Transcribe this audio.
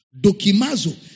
Dokimazo